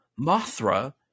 Mothra